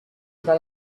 tra